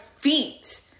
feet